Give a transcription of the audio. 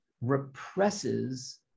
represses